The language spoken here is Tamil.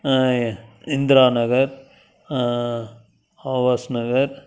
இந்திரா நகர் ஆவாஸ் நகர்